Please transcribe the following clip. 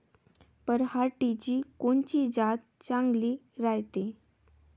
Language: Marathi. पऱ्हाटीची कोनची जात चांगली रायते?